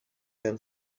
and